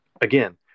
again